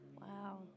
Wow